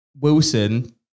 Wilson